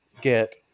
get